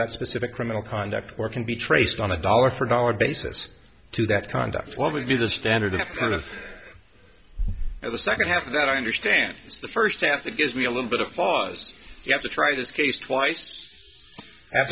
that specific criminal conduct or can be traced on a dollar for dollar basis to that conduct what would be the standard if one of the second half that i understand is the first chance it gives me a little bit of pause you have to try this case twice